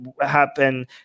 happen